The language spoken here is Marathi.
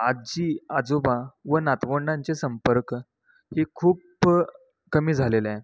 आजी आजोबा व नातवंडांचे संपर्क ही खूप कमी झालेलंय